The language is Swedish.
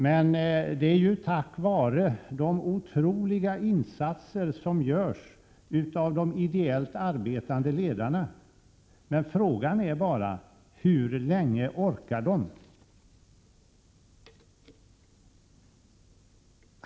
Men det är tack vare de otroliga insatser som görs av de ideellt arbetande ledarna. Frågan är bara hur länge de orkar.